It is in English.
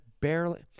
barely